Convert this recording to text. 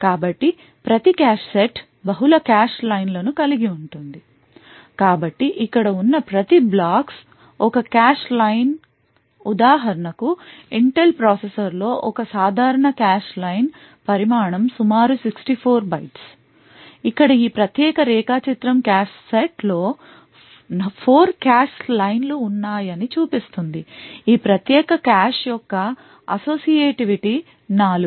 కాబట్టి ప్రతి cache set బహుళ కాష్ లైన్లను కలిగి ఉంటుంది కాబట్టి ఇక్కడ ఉన్న ప్రతి బ్లాక్స్ ఒక కాష్ లైన్ ఉదాహరణకు ఇంటెల్ ప్రాసెసర్లో ఒక సాధారణ కాష్ లైన్ పరిమాణం సుమారు 64 bytes ఇక్కడ ఈ ప్రత్యేక రేఖాచిత్రం కాష్ సెట్ లో 4 కాష్ లైన్లు ఉన్నాయని చూపిస్తుంది ఈ ప్రత్యేక కాష్ యొక్క అసోసియేటివిటీ నాలుగు